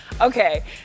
Okay